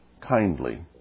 kindly